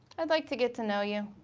i'd like to get to know you.